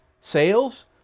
Sales